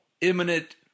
imminent